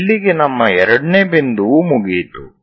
ಇಲ್ಲಿಗೆ ನಮ್ಮ 2 ನೇ ಬಿಂದುವೂ ಮುಗಿಯಿತು